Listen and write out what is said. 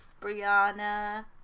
Brianna